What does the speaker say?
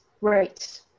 right